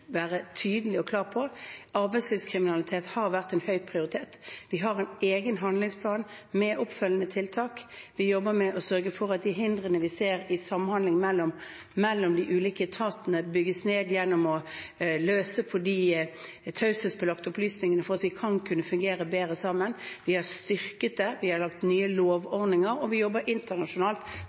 være tydelig og klar på: Arbeidslivskriminalitet har vært høyt prioritert. Vi har en egen handlingsplan med oppfølgende tiltak. Vi jobber med å sørge for at de hindrene vi ser i samhandlingen mellom de ulike etatene, bygges ned gjennom å løse på de taushetsbelagte opplysningene, slik at de kan fungere bedre sammen. Vi har styrket det, vi har laget nye lovordninger, og vi jobber internasjonalt